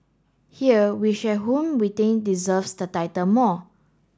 here we share whom we think deserves the title more